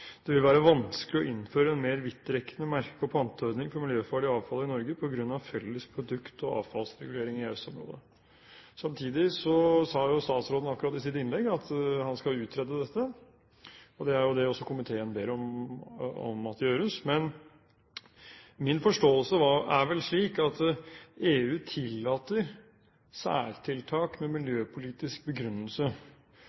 det vil være vanskelig å innføre en mer vidtrekkende merke- og panteordning for miljøfarlig avfall i Norge på grunn av felles produkt- og avfallsregulering i EØS-området. Samtidig sa statsråden akkurat i sitt innlegg at han skal utrede dette. Det er jo også det komiteen ber om at gjøres. Men min forståelse er vel slik at EU tillater særtiltak med